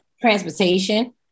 transportation